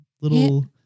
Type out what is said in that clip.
little